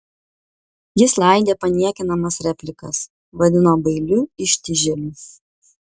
jis laidė paniekinamas replikas vadino bailiu ištižėliu